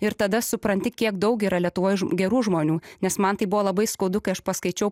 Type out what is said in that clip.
ir tada supranti kiek daug yra lietuvoj gerų žmonių nes man tai buvo labai skaudu kai aš paskaičiau